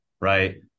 right